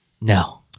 No